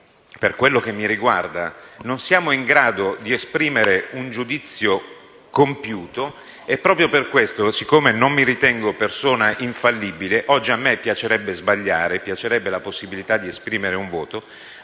per quello che mi riguarda, noi non siamo in grado di esprimere un giudizio compiuto e proprio per questo, siccome non mi ritengo persona infallibile - oggi a me piacerebbe sbagliare ed avere la possibilità di esprimere un voto